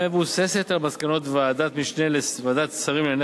המבוססת על מסקנות ועדת משנה לוועדת השרים לענייני